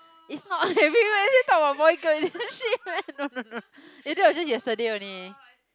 it's not every Wednesday talk about boy girl relationship no no no it that was just yesterday only